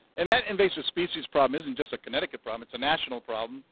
and that invasive species problem isn't just a connecticut problem, it's a national problem.